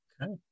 Okay